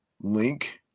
link